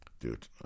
Dude